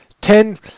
ten